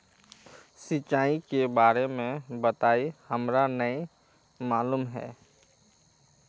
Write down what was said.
सिंचाई के बारे में बताई हमरा नय मालूम है?